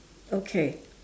okay